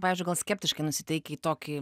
pavyzdžiui skeptiškai nusiteikę į tokį